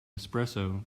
espresso